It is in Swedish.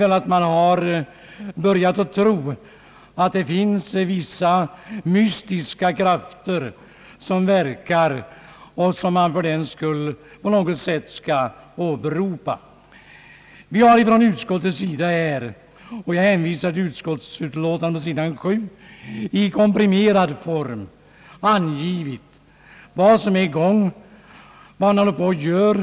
Man har väl börjat tro att det finns vissa mystiska krafter som verkar och som man på något sätt skall åberopa. Vi har i utskottet — och jag hänvisar till utskottsutlåtandet, sidan 7 — i komprimerad form angivit vad man håller på att göra.